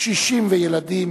קשישים וילדים